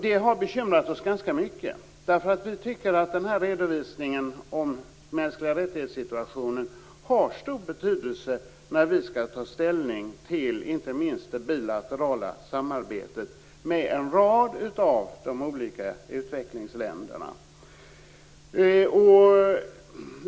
Det har bekymrat oss ganska mycket, därför att vi tycker att redovisningen av mänskliga rättighetssituationen har stor betydelse när vi skall ta ställning till inte minst det bilaterala samarbetet med en rad olika utvecklingsländer.